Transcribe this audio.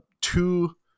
two